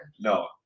No